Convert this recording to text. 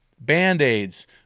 Band-Aids